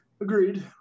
Agreed